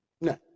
No